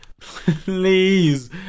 please